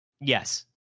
Yes